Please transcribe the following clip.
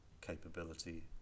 capability